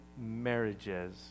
marriages